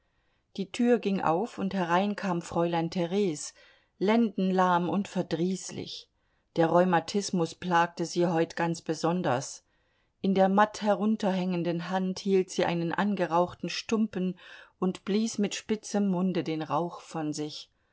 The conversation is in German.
die tür ging auf und herein kam fräulein theres lendenlahm und verdrießlich der rheumatismus plagte sie heut ganz besonders in der matt herunterhängenden hand hielt sie einen angerauchten stumpen und blies mit spitzem munde den rauch von sich